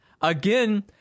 Again